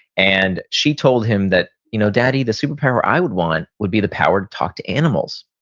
and she told him that, you know daddy. the super power i would want would be the power to talk to animals.